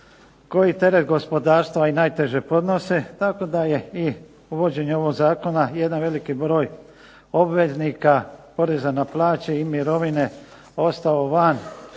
koji teret gospodarstva i najteže podnose, tako da je i uvođenjem ovog zakona jedan veliki broj obveznika poreza na plaće i mirovine ostao van